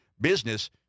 business